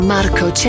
Marco